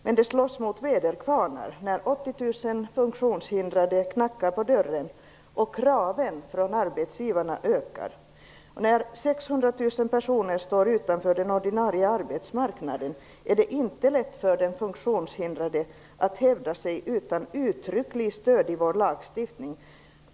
Men de slåss mot väderkvarnar när 80 000 funktionshindrade knackar på dörren och kraven från arbetsgivarna ökar. När 600 000 personer står utanför den ordinarie arbetsmarknaden är det inte lätt för den funktionshindrade att hävda sig utan uttryckligt stöd i vår lagstiftning.